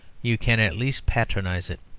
you can at least patronise it.